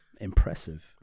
impressive